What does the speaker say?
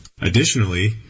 Additionally